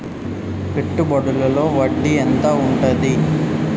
పెట్టుబడుల లో వడ్డీ ఎంత ఉంటది?